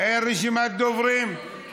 אין רשימת דוברים?